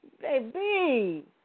baby